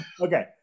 Okay